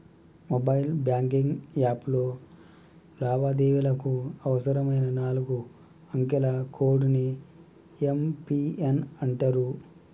mobile banking యాప్లో లావాదేవీలకు అవసరమైన నాలుగు అంకెల కోడ్ ని యం.పి.ఎన్ అంటరు